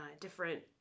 different